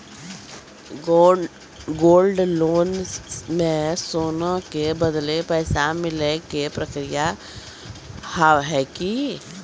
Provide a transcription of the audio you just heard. Gold loan मे सोना के बदले पैसा मिले के प्रक्रिया हाव है की?